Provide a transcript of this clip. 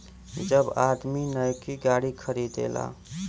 जब आदमी नैकी गाड़ी खरीदेला